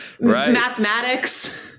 mathematics